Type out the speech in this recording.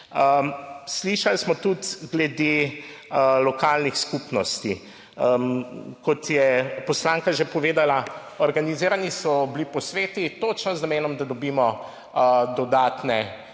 Slišali smo tudi glede lokalnih skupnosti. Kot je poslanka že povedala, organizirani so bili posveti točno z namenom, da dobimo dodatne